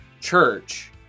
church